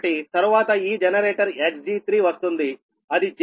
11తరువాత ఈ generator Xg3 వస్తుంది అది j0